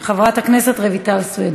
חברת הכנסת רויטל סויד,